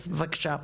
אז בבקשה.